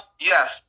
Yes